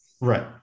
Right